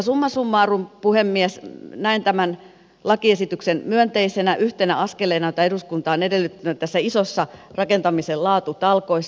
summa summarum puhemies näen tämän lakiesityksen myönteisenä yhtenä askeleena jota eduskunta on edellyttänyt näissä isoissa rakentamisen laatutalkoissa